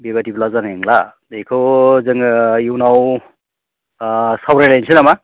बेबायदिब्ला जानाय नंला बेखौ जोङो इयुनाव सावरायलायनोसै नामा